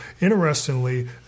Interestingly